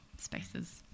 spaces